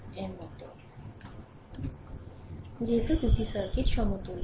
যেহেতু 2 সার্কিট সমতুল্য